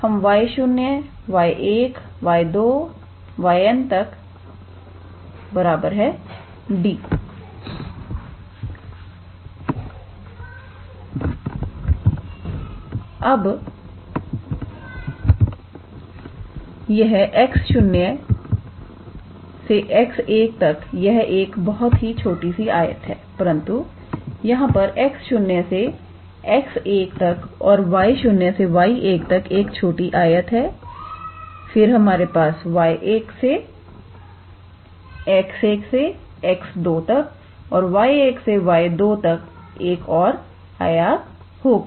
तो हम 𝑦0 𝑦1 𝑦2 𝑦𝑛 𝑑 तक अब यह 𝑥0 से 𝑥1 तक यह एक बहुत ही छोटी सी आयत है परंतु यहां पर 𝑥0 से 𝑥1 तक और 𝑦0 से 𝑦1 तक एक छोटी आयत है फिर हमारे पास 𝑦1 से 𝑥1 से 𝑥2 तक और 𝑦1 से 𝑦2 तक एक और आयत होगी